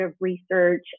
research